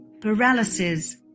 paralysis